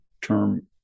term